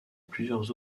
plusieurs